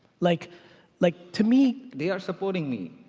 like like to me they are supporting me.